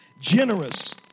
generous